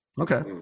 Okay